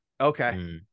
okay